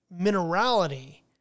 minerality